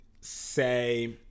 say